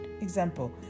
example